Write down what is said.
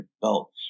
belt